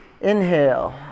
inhale